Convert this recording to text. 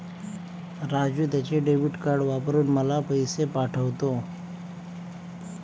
राजू त्याचे debit card वापरून मला पैसे पाठवतो